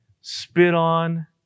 spit-on